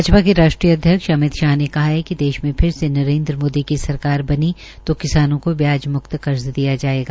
भाजपा के राष्ट्रीय अध्यक्ष अमित शाह ने कहा कि देश में फिर से नरेंद्र मोदी की सरकार बनी तो किसानों को ब्याज मुक्त कर्ज दिया जाएगा